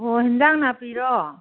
ꯑꯣ ꯑꯦꯟꯁꯥꯡ ꯅꯥꯄꯤꯔꯣ